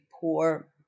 poor